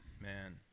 man